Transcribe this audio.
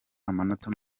amanota